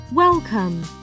Welcome